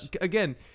Again